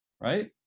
right